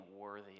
worthy